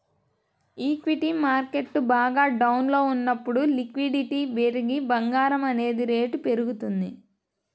equity market బాగా డౌన్లో ఉన్నప్పుడు లిక్విడిటీ పెరిగి బంగారం అనేది రేటు పెరుగుతుంది